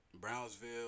brownsville